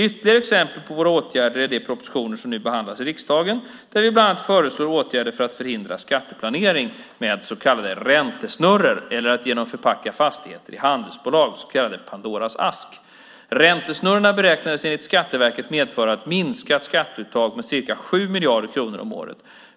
Ytterligare exempel på våra åtgärder är de propositioner som nu behandlas i riksdagen, där vi bland annat föreslår åtgärder för att förhindra skatteplanering med så kallade räntesnurror eller genom att förpacka fastigheter i handelsbolag, det som kallas Pandoras ask. Räntesnurrorna beräknades enligt Skatteverket medföra ett minskat skatteuttag med ca 7 miljarder kronor om året.